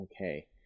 Okay